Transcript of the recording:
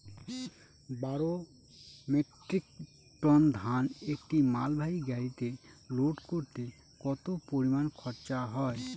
বারো metric ton ধান একটি মালবাহী গাড়িতে লোড করতে কতো পরিমাণ খরচা হয়?